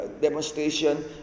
demonstration